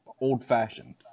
old-fashioned